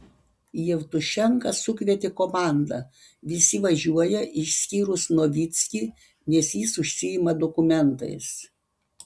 jevtušenka sukvietė komandą visi važiuoja išskyrus novickį nes jis užsiima dokumentais